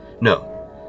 No